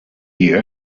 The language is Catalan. dia